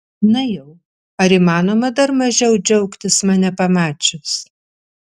na jau ar įmanoma dar mažiau džiaugtis mane pamačius